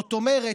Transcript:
זאת אומרת,